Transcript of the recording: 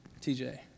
TJ